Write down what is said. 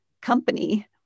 company